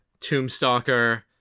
Tombstalker